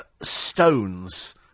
stones